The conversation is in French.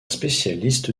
spécialiste